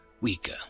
weaker